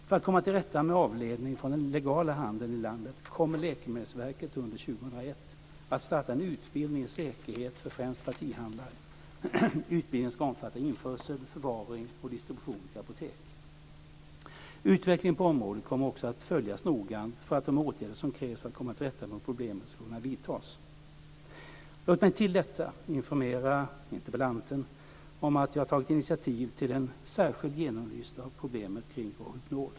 För att komma till rätta med avledning från den legala handeln i landet kommer Läkemedelsverket under 2001 att starta en utbildning i säkerhet för främst partihandlare. Utbildningen ska omfatta införsel, förvaring och distribution till apotek. Utvecklingen på området kommer också att följas noggrant för att de åtgärder som krävs för att komma till rätta med problemet ska kunna vidtas. Låt mig till detta informera interpellanten om att jag har tagit initiativ till en särskild genomlysning av problemet kring Rohypnol.